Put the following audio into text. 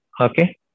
Okay